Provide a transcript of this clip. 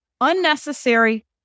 unnecessary